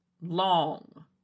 long